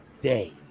day